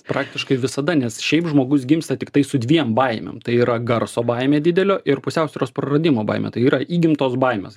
praktiškai visada nes šiaip žmogus gimsta tiktai su dviem baimėm tai yra garso baimė didelio ir pusiausvyros praradimo baimė tai yra įgimtos baimės